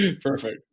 Perfect